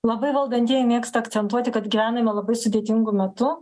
labai valdantieji mėgsta akcentuoti kad gyvename labai sudėtingu metu